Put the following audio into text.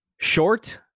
short